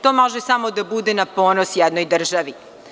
To može samo da bude na ponos jednoj državi.